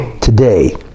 today